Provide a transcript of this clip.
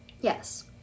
Yes